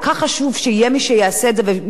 מי שיגן על זכויותיהם של עובדים.